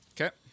Okay